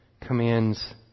commands